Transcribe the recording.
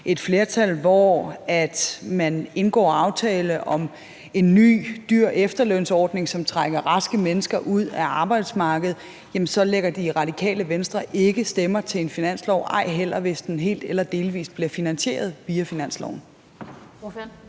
et flertal, hvor man indgår aftale om en ny dyr efterlønsordning, som trækker raske mennesker ud af arbejdsmarkedet, jamen så lægger Det Radikale Venstre ikke stemmer til den, ej heller hvis den helt eller delvis bliver finansieret via finansloven.